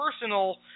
personal